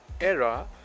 Era